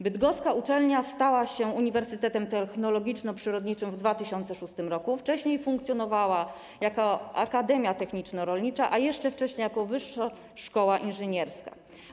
Bydgoska uczelnia stała się Uniwersytetem Technologiczno-Przyrodniczym w 2006 r., wcześniej funkcjonowała jako Akademia Techniczno-Rolnicza, a jeszcze wcześniej jako Wyższa Szkoła Inżynierska.